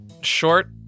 short